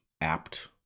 apt